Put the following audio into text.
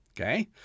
okay